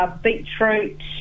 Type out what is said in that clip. beetroot